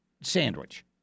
sandwich